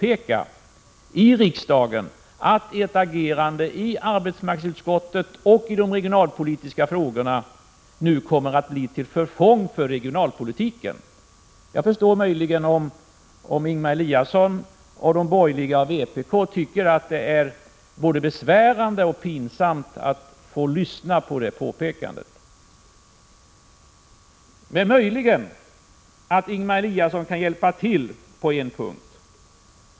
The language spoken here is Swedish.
Ert agerande i arbetsmarknadsutskottet och när det gäller de regionalpolitiska frågorna kommer nu att bli till förfång för regionalpolitiken. Jag förstår om Ingemar Eliasson, de övriga borgerliga och vpk tycker att det är både besvärande och pinsamt att få lyssna till detta påpekande. Möjligen kan Ingemar Eliasson hjälpa till på en punkt.